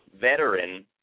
veteran